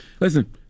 Listen